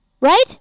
right